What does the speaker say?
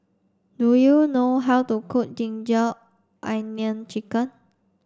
do you know how to cook ginger onion chicken